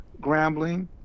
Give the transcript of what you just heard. Grambling